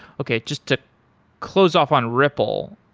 okay, just to close off on ripple.